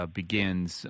begins